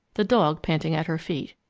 the dog panting at her feet.